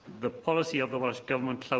the policy of the welsh government,